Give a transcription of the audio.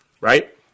right